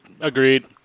Agreed